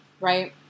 right